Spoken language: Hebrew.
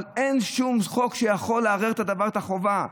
אבל אין שום חוק שיכול לערער על החובה,